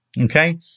Okay